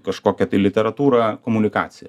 kažkokią tai literatūrą komunikacija